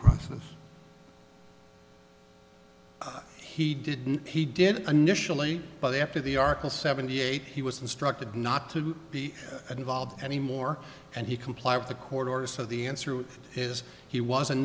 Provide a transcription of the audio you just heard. process and he didn't he did initially but after the article seventy eight he was instructed not to be involved anymore and he complied with the court order so the answer is he was